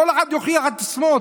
כל אחד יוכיח את עצמו.